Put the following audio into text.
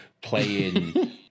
playing